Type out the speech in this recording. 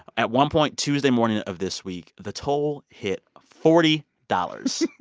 at one point tuesday morning of this week, the toll hit forty dollars.